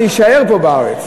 להישאר פה בארץ.